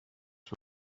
شده